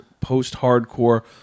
post-hardcore